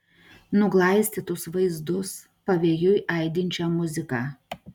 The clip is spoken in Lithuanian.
nuglaistytus vaizdus pavėjui aidinčią muziką